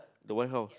the White House